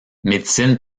médecine